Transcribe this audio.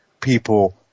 people